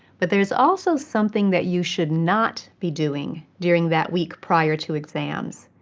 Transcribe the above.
but there is also something that you should not be doing during that week prior to exams.